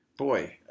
Boy